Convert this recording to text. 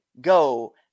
go